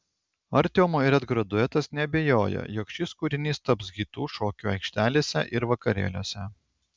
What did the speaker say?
artiomo ir edgaro duetas neabejoja jog šis kūrinys taps hitu šokių aikštelėse ir vakarėliuose